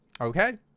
Okay